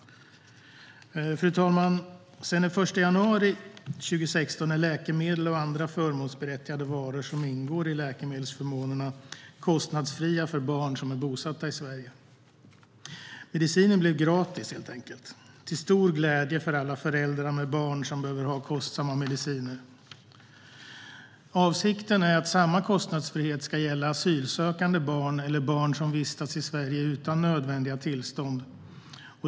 Fru talman! Sedan den 1 januari 2016 är läkemedel och andra förmånsberättigade varor som ingår i läkemedelsförmånen kostnadsfria för barn som är bosatta i Sverige. Medicinen blir helt enkelt gratis, till stor glädje för alla föräldrar med barn som behöver ha kostsamma mediciner. Avsikten är att samma kostnadsfrihet ska gälla asylsökande barn eller barn som vistas i Sverige utan nödvändiga tillstånd.